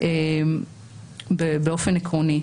באופן עקרוני.